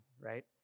right